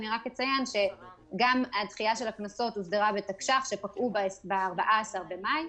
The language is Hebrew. אציין שהדחייה של הקנסות הוסדרה בתקש"ח שפקעו ב-14 במאי.